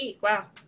Wow